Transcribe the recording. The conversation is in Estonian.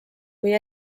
kui